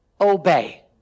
obey